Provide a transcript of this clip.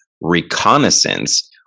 reconnaissance